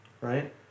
right